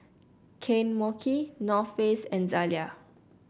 Kane Mochi North Face and Zalia